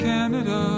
Canada